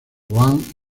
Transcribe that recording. wang